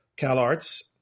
CalArts